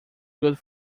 good